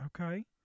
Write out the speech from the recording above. okay